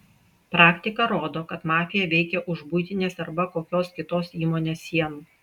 praktika rodo kad mafija veikia už buitinės arba kokios kitos įmonės sienų